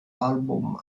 album